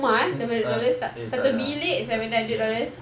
mm plus eh tak payah tak payah tak tak